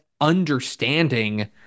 understanding